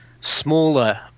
smaller